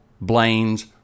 Blaine's